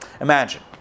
Imagine